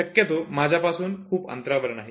शक्यतो माझ्यापासून खूप अंतरावर नाही